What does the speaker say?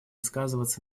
сказываться